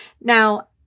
Now